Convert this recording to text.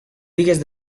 bigues